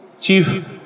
chief